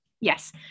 Yes